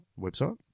website